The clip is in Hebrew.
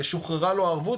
שוחררה לו הערבות,